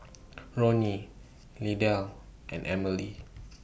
Ronny Lydell and Emilie